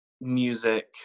music